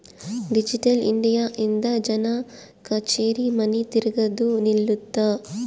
digital India ಇಂದ ಜನ ಕಛೇರಿ ಮನಿ ತಿರ್ಗದು ನಿಲ್ಲುತ್ತ